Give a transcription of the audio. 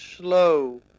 slow